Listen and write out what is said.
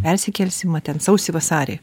persikelsim o ten sausį vasarį